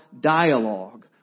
dialogue